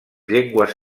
llengües